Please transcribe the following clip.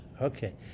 Okay